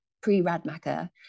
pre-Radmacher